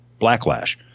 Blacklash